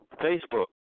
Facebook